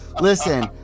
Listen